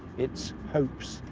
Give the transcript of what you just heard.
its hopes.